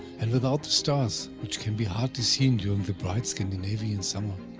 and without the stars, which can be hardly seen during the bright scandinavian summer,